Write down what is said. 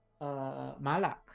Malak